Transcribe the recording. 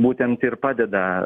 būtent ir padeda